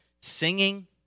singing